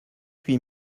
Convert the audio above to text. huit